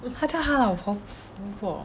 他叫他老婆 pu bo